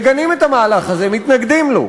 מגנים את המהלך הזה, מתנגדים לו.